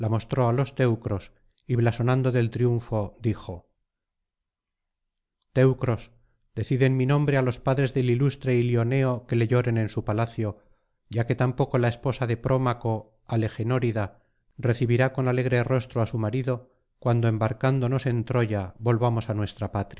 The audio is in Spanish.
mostró á los teucros y blasonando del triunfo dijo teucros decid en mi nombre á los padres del ilustre ilioneo que le lloren en su palacio ya que tampoco la esposa de próraaco alegenórida recibirá con alegre rostro á su marido cuando embarcándonos en troya volvamos á nuestra patria